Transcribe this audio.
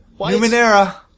Numenera